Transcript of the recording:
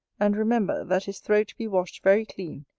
and remember, that his throat be washed very clean,